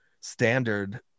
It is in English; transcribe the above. standard